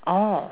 orh